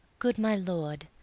good my lord,